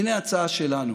הינה ההצעה שלנו: